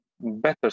better